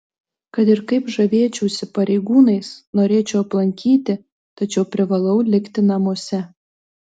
kad ir kaip žavėčiausi pareigūnais norėčiau aplankyti tačiau privalau likti namuose